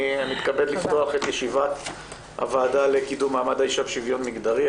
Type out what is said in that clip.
אני מתכבד לפתוח את ישיבת הוועדה לקידום מעמד האישה ולשוויון מגדרי.